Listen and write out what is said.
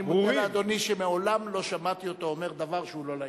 אני מודיע לאדוני שמעולם לא שמעתי אותו אומר דבר שהוא לא לעניין.